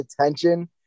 attention